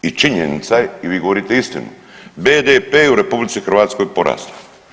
I činjenica je i vi govorite istinu, BDP je u RH porastao.